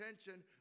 attention